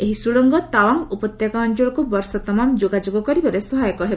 ଏହି ସୁଡ଼ଙ୍ଗ ତାୱାଙ୍ଗ୍ ଉପତ୍ୟକା ଅଞ୍ଚଳକୁ ବର୍ଷ ତମାମ୍ ଯୋଗାଯୋଗ କରିବାରେ ସହାୟକ ହେବ